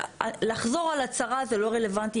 לחזור על הצהרה זה לא רלוונטי,